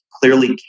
clearly